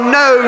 no